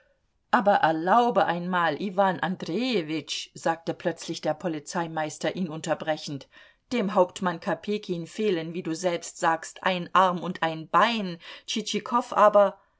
aber erlaube einmal iwan andrejewitsch sagte plötzlich der polizeimeister ihn unterbrechend dem hauptmann kopejkin fehlen wie du selbst sagst ein arm und ein bein tschitschikow aber